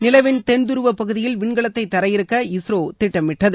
நிலவின் தென்துருவப் பகுதியில் விண்கலத்தை தரையிறக்க இஸ்ரோ திட்டமிட்டது